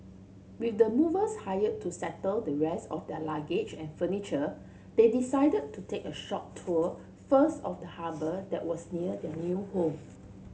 with the movers hire to settle the rest of the luggage and furniture they decided to take a short tour first of the harbour that was near their new home